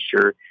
sure